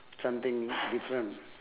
something different